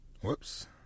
whoops